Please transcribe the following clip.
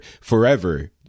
forever